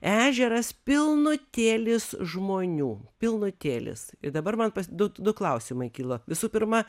ežeras pilnutėlis žmonių pilnutėlis ir dabar man pas du du klausimai kilo visų pirma